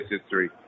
history